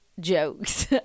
jokes